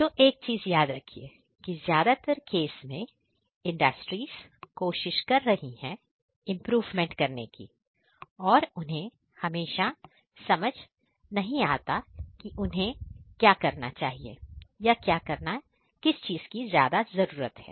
तो एक चीज याद रखिए कि ज्यादातर केस में इंडस्ट्रीज कोशिश कर रही है इंप्रूवमेंट करने की और उन्हें हमेशा समझ नहीं आता कि उन्हें क्या करना होता है या तो उन्हें किस चीज की ज्यादा जरूरत है